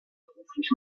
beruflich